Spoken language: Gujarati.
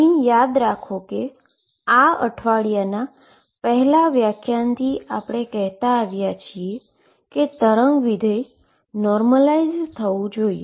અહી યાદ રાખો કે આ અઠવાડિયાના પહેલા વ્યાખ્યાનથી આપણે કહેતા આવ્યા છીએ કે વેવ ફંક્શન નોર્મલાઈઝ થવુ જોઈએ